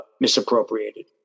misappropriated